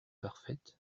parfaite